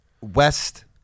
West